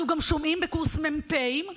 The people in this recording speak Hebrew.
אנחנו גם שומעים בקורס מ"פים,